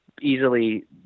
easily